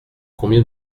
combien